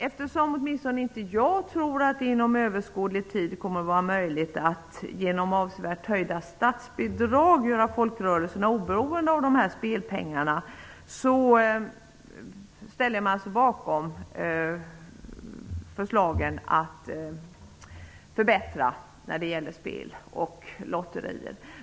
Eftersom åtminstone inte jag tror att det inom överskådlig tid kommer att vara möjligt att genom avsevärt höjda statsbidrag göra folkrörelserna oberoende av dessa spelpengar ställer jag mig bakom förslagen att förbättra folkrörelsernas andel av marknaden när det gäller spel och lotterier.